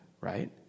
right